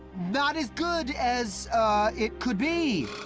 not as good as it could be.